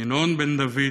ינון בן דוד,